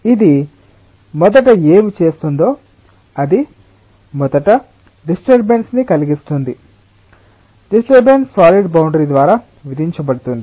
ఇది మొదట ఏమి చేస్తుందో అది మొదట డిస్టర్బెన్స్ కలిగిస్తుంది డిస్టర్బెన్స్ సాలిడ్ బౌండరీ ద్వారా విధించబడుతుంది